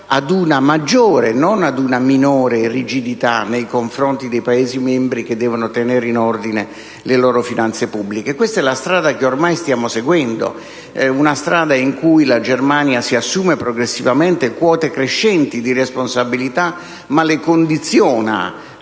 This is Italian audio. ad una maggiore e non ad una minore rigidità nei confronti dei Paesi membri che devono tenere in ordine le loro finanze pubbliche. Questa è la strada che ormai stiamo seguendo. È una strada in cui la Germania si assume progressivamente quote crescenti di responsabilità, ma le condiziona